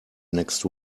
next